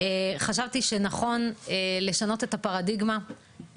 חשבתי שנכון לשנות את הפרדיגמה.